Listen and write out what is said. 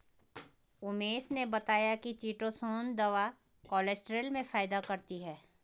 उमेश ने बताया कि चीटोसोंन दवा कोलेस्ट्रॉल में फायदा करती है